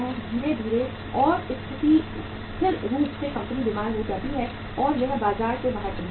धीरे धीरे और स्थिर रूप से कंपनी बीमार हो जाती है और यह बाजार से बाहर चली जाती है